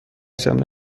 زمینه